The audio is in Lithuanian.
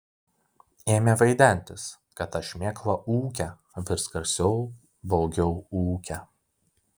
ėmė vaidentis kad ta šmėkla ūkia vis garsiau baugiau ūkia